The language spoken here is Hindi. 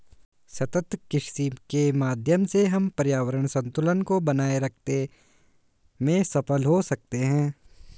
सतत कृषि के माध्यम से हम पर्यावरण संतुलन को बनाए रखते में सफल हो सकते हैं